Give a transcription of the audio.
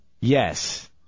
Yes